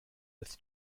with